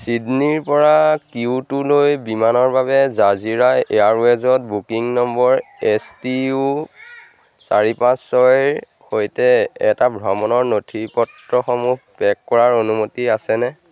ছিডনীৰ পৰা কিয়োটোলৈ বিমানৰ বাবে জাজিৰা এয়াৰৱে'জত booking number S T U চাৰি পাঁচ ছয়ৰ সৈতে এটা ভ্ৰমণৰ নথি পত্ৰসমূহ পেক কৰাৰ অনুমতি আছেনে